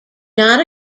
not